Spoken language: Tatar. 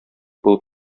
булып